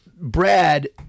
Brad